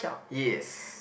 yes